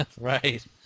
Right